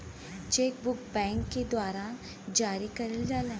check book bank के द्वारा जारी करल जाला